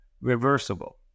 reversible